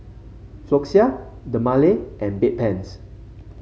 Floxia Dermale and Bedpans